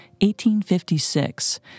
1856